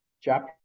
chapter